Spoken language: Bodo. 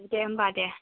दे होम्बा दे